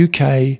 uk